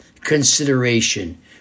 consideration